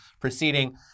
proceeding